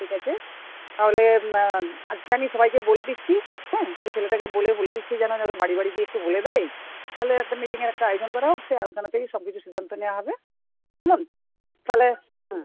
ঠিক আছে তাহলে আজকে আমি সবাইকে বলে দিচ্ছি হ্যাঁ ওই ছেলেটাকে বলে বলে দিচ্ছি যেন বাড়ি বাড়ি গিয়ে একটু বলে দেয় তাহলে একটা মিটিংয়ের একটা আয়োজন করা হোক সেই আলোচনাতেই সব কিছু সিদ্ধান্ত নেওয়া হবে কেমন তাহলে হ্যাঁ